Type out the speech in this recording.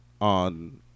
on